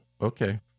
Okay